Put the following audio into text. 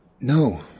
No